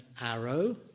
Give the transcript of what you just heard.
arrow